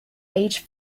age